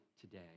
today